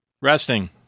resting